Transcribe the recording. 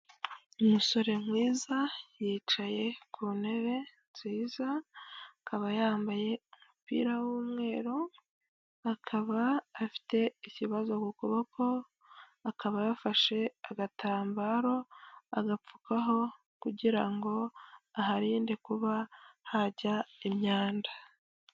Umusore mwiza yicaye ku ntebe nziza, akaba yambaye umupira w'umweru, akaba afite ikibazo ku kuboko akaba yafashe agatambaro agapfukaho, kugira ngo aharinde kuba hajya imyanda.